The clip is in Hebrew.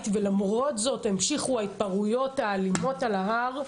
ולמרות זאת המשיכו ההתפרעויות האלימות על ההר.